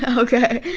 ah okay.